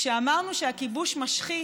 כשאמרנו שהכיבוש משחית,